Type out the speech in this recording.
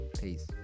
peace